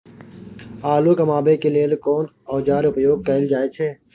आलू कमाबै के लेल कोन औाजार उपयोग कैल जाय छै?